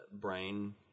brain